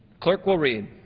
clerk will read.